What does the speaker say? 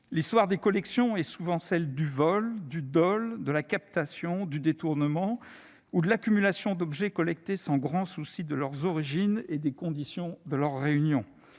L'histoire des collections est souvent celle du vol, du dol, de la captation, du détournement ou de l'accumulation d'objets collectés sans grand souci de leurs origines et des conditions de leur réunion.